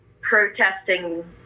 protesting